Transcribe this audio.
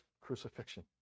crucifixion